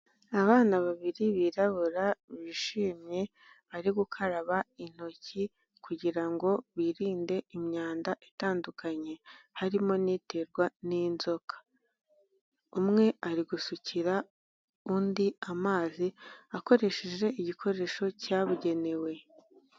Abana babiri birabura, bishimye, bari gukaraba intoki kugira ngo birinde imyanda itandukanye, harimo n'iterwa n'inzoka. Umwe ari gusukira undi amazi, akoresheje igikoresho cyabugenewe.